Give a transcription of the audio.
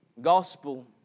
gospel